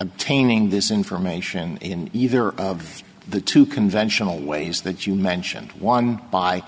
obtaining this information in either of the two conventional ways that you mentioned one by